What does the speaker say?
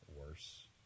worse